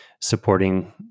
supporting